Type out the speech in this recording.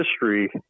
history